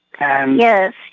Yes